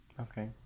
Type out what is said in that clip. okay